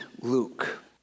Luke